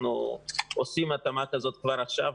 אנחנו עושים התאמה כזאת כבר עכשיו,